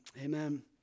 Amen